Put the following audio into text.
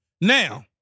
Now